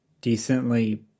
decently